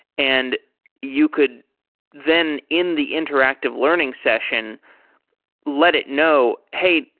and you could then in the interactive learning session let it know, hey,